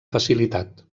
facilitat